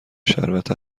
شربت